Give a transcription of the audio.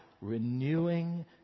renewing